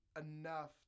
enough